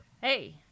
Hey